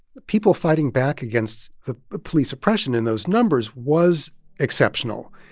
people fighting back against the police oppression in those numbers was exceptional.